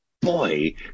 boy